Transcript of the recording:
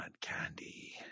candy